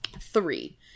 Three